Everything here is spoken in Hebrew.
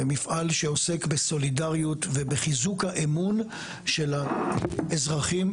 מפעל שעוסק בסולידריות ובחיזוק האמון של האזרחים,